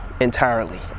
entirely